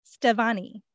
Stevani